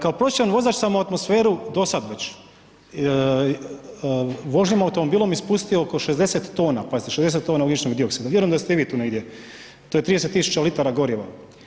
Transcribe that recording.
Kao prosječan vozač sam u atmosferu do sada već vožnjom automobila ispustio oko 60 tona, pazite 60 tona ugljičnog dioksida, vjerujem da ste i vi tu negdje, to je 30.000 litara goriva.